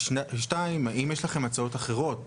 ושנית: האם יש לכם הצעות אחרות,